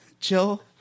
Chill